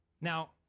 Now